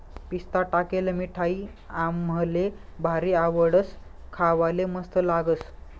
पिस्ता टाकेल मिठाई आम्हले भारी आवडस, खावाले मस्त लागस